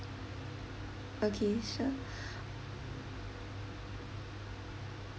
okay sure